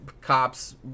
cops